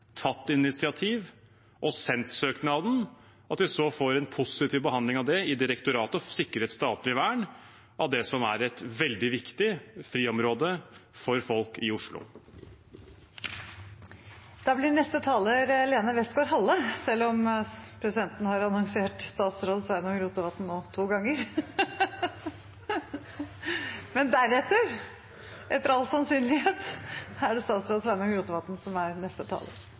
tatt initiativ og sendt søknaden, og at vi så får en positiv behandling av det i direktoratet og får sikret statlig vern av det som er et veldig viktig friområde for folk i Oslo. Jeg må innrømme at jeg synes det er litt rart at vi har denne saken her i Stortinget, særlig på initiativ fra SV, når det er byrådet med SV i spissen som